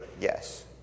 Yes